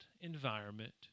environment